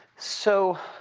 so